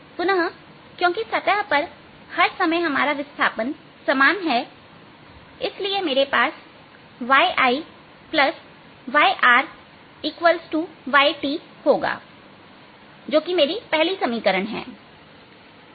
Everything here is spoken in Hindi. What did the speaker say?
पुनः क्योंकी सतह पर हर समय हमारा विस्थापन समान है इसलिए मेरे पास y I yR y T होगा जो कि मेरी पहली समीकरण है